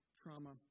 trauma